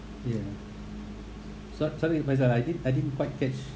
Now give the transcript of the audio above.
ya so tell me faizal I didn't I didn't quite catch